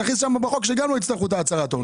נכניס בחוק שגם אז הם לא יצטרכו את הצהרת ההון.